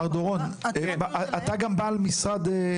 מר דורון, אתה גם בעל משרד?